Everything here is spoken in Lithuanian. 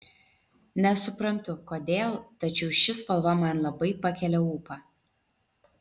nesuprantu kodėl tačiau ši spalva man labai pakelia ūpą